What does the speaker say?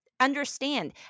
understand